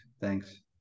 Thanks